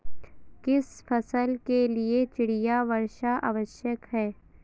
किस फसल के लिए चिड़िया वर्षा आवश्यक है?